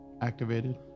activated